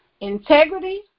Integrity